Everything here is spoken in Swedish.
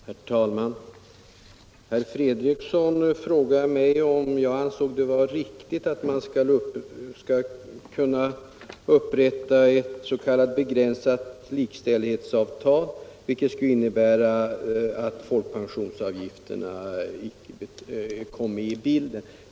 Herr talman! Herr Fredriksson frågar mig om jag anser det vara riktigt att man skall kunna upprätta ett s.k. begränsat likställighetsavtal, vilket skulle innebära att folkpensionsavgifterna icke kom med i bilden.